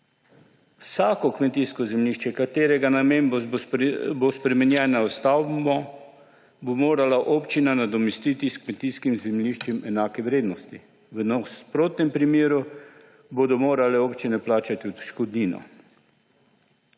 Vsako kmetijsko zemljišče, katerega namembnost bo spremenjena v stavbno, bo morala občina nadomestiti s kmetijskim zemljiščem enake vrednost, v nasprotnem primeru bodo morale občine plačati povišano